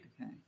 Okay